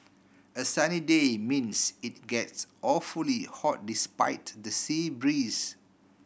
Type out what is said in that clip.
a sunny day means it gets awfully hot despite the sea breeze